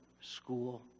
school